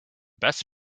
best